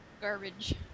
Garbage